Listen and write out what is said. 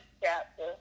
chapter